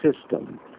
system